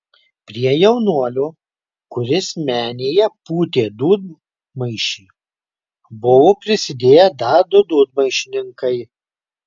prie jaunuolio kuris menėje pūtė dūdmaišį buvo prisidėję dar du dūdmaišininkai